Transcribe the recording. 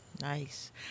Nice